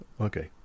Okay